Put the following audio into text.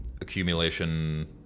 accumulation